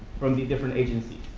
from the different agencies.